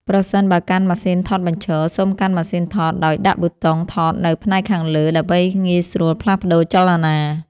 ប្រសិនបើកាន់ម៉ាស៊ីនថតបញ្ឈរ សូមកាន់ម៉ាស៊ីនថតដោយដាក់ប៊ូតុងថតនៅផ្នែកខាងលើ ដើម្បីងាយស្រួលផ្លាស់ប្តូរចលនា។